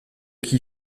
qui